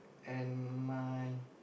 and my